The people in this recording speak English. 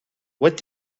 what